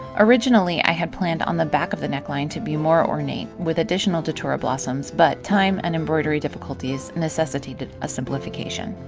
originally i had planned on the back of the neckline to be more ornate, with additional datura blossoms, but time and embroidery difficulties necessitated a simplification.